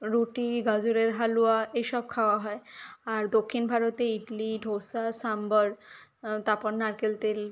রুটি গাজরের হালুয়া এইসব খাওয়া হয় আর দক্ষিণ ভারতে ইডলি দোসা সম্বর তারপর নারকেল তেল